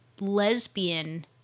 lesbian